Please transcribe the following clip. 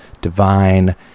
divine